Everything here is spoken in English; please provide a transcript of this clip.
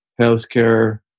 healthcare